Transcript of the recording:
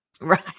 Right